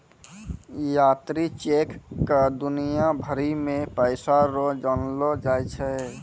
यात्री चेक क दुनिया भरी मे पैसा रो जानलो जाय छै